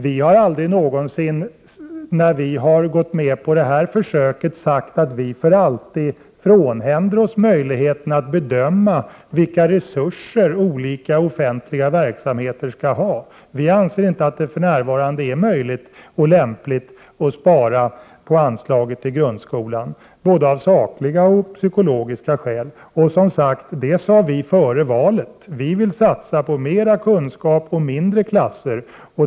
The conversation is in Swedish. Vi har aldrig någonsin, när vi har gått med på detta försök, sagt att vi för alltid frånhänder oss möjligheten att bedöma vilka resurser olika offentliga verksamheter skall ha. Vi anser inte att det för närvarande är möjligt eller lämpligt att spara på anslagen till grundskolan — både av sakliga och psykologiska skäl. Det sade vi före valet, som sagt. Vi vill satsa på mer kunskap och mindre klasser.